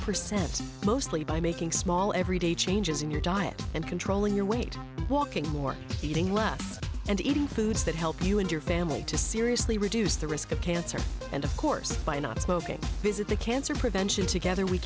percent mostly by making small everyday changes in your diet and controlling your weight walking more eating less and eating foods that help you and your family to seriously reduce the risk of cancer and of course by not smoking visit the cancer prevention together we